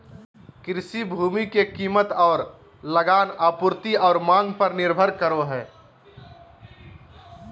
कृषि भूमि के कीमत और लगान आपूर्ति और मांग पर निर्भर करो हइ